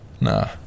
Nah